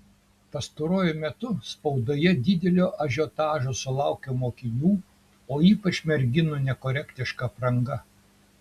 pastaruoju metu spaudoje didelio ažiotažo sulaukia mokinių o ypač merginų nekorektiška apranga